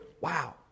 wow